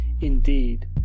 indeed